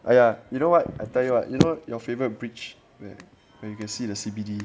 !aiya! you know what I tell you what you know your favourite bridge that you can see the C_B_D